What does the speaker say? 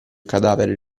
cadavere